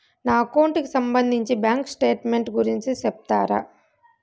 నా అకౌంట్ కి సంబంధించి బ్యాంకు స్టేట్మెంట్ గురించి సెప్తారా